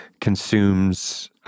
consumes